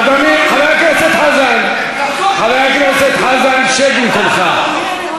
אדוני, חבר הכנסת חזן, חבר הכנסת חזן, שב במקומך.